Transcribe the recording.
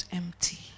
empty